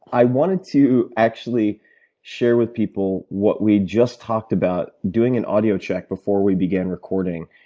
i wanted to actually share with people what we just talked about, doing an audio check before we began recording,